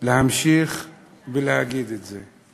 להמשיך להגיד את זה.